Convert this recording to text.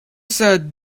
said